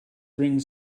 bring